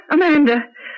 Amanda